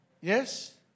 Yes